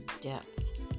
depth